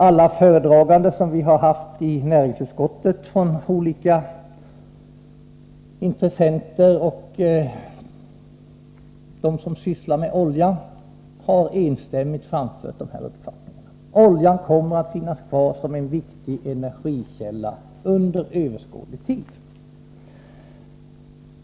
Alla föredragningar som vi fått i näringsutskottet från olika intressenter och från dem som är verksamma inom oljeområdet har enstämmigt pekat i den riktningen. Oljan kommer att finnas kvar som en viktig energikälla under överskådlig tid.